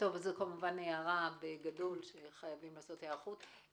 זו הערה בגדול, שחייבים לעשות היערכות.